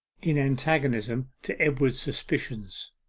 in antagonism to edward's suspicions.